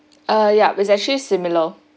uh yup it's actually similar